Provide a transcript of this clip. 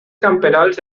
camperols